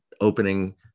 opening